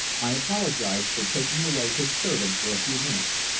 i apologized for taking away his servant for a few minutes.